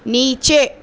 نیچے